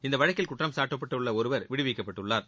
இவ்வழக்கில் குற்றம் சாட்டப்பட்ட ஒருவர் விடுவிக்கப்பட்டுள்ளார்